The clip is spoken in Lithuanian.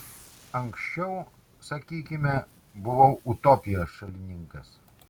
anksčiau sakykime buvau utopijos šalininkas